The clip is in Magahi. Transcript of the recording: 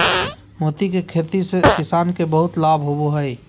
मोती के खेती से किसान के बहुत लाभ होवो हय